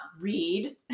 read